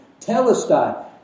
Telestai